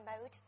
mode